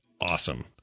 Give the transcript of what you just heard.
awesome